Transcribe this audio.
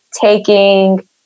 taking